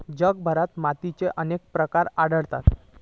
जगभरात मातीचे अनेक प्रकार आढळतत